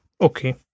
Okay